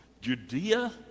Judea